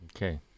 Okay